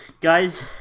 guys